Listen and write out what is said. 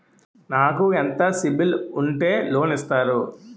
నాకు ఎంత సిబిఐఎల్ ఉంటే లోన్ ఇస్తారు?